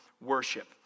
worship